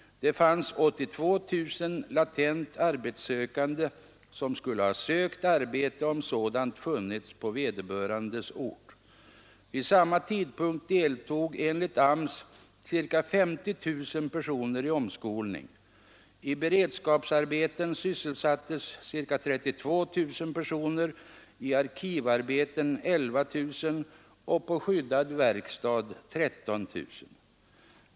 Det fanns 82 000 latent arbetssökande, som skulle ha sökt arbete om sådant funnits på vederbörandes ort. Vid samma tidpunkt deltog enligt AMS ca 50 000 personer i omskolning. I beredskapsarbeten sysselsattes ca 32 000 personer, i arkivarbeten 11 000 och i skyddad verkstad 13 000.